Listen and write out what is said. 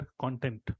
content